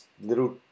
little